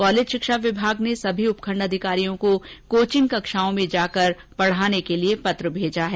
college शिक्षा विभाग ने सभी उपखंड अधिकारियों को कोचिंग कक्षाओं में जाकर पढ़ाने के लिए पत्र भेजा है